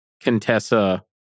Contessa